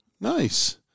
Nice